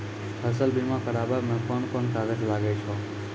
फसल बीमा कराबै मे कौन कोन कागज लागै छै?